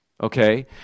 Okay